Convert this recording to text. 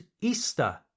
Easter